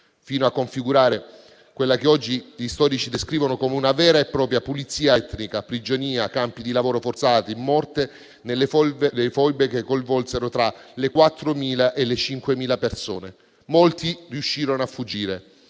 fino a configurare quella che oggi gli storici descrivono come una vera e propria pulizia etnica con prigionia, campi di lavoro forzati e morte nelle foibe, che coinvolsero tra le 4.000 e le 5.000 persone. Molti riuscirono a fuggire: